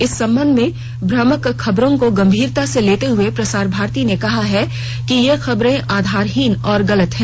इस संबंध में भ्रामक खबरों को गंभीरता से लेते हए प्रसार भारती ने कहा है कि ये खबरें आधारहीन और गलत हैं